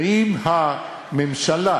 ואם הממשלה,